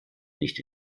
nicht